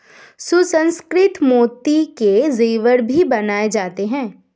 सुसंस्कृत मोती के जेवर भी बनाए जाते हैं